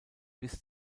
bis